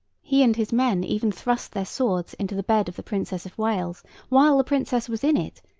he and his men even thrust their swords into the bed of the princess of wales while the princess was in it,